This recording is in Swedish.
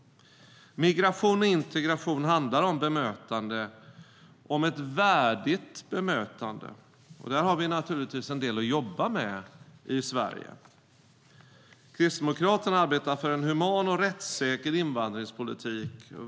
Migration och integration handlar om bemötande - ett värdigt bemötande. Där har vi naturligtvis en del att jobba med i Sverige.Kristdemokraterna arbetar för en human och rättssäker invandringspolitik.